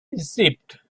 receipt